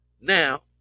Now